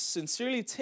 sincerely